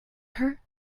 her